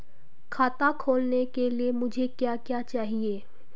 खाता खोलने के लिए मुझे क्या क्या चाहिए?